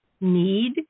need